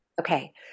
Okay